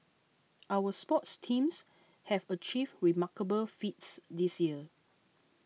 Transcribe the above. our sports teams have achieved remarkable feats this year